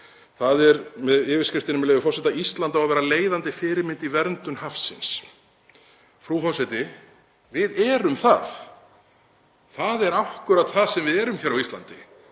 það er undir yfirskriftinni, með leyfi forseta: „Ísland á að vera leiðandi fyrirmynd í verndun hafsins.“ Frú forseti. Við erum það. Það er akkúrat það sem við erum hér á Íslandi.